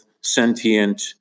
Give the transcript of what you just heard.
sentient